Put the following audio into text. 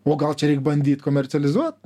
o gal čia reik bandyt komercializuot